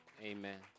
Amen